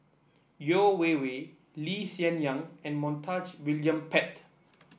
Yeo Wei Wei Lee Hsien Yang and Montague William Pett